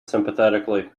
sympathetically